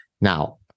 Now